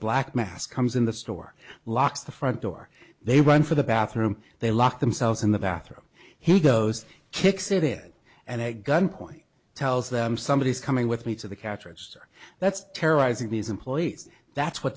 black mask comes in the store locks the front door they run for the bathroom they lock themselves in the bathroom he goes kicks it and a gun point tells them somebody is coming with me to the catch register that's terrorizing these employees that's what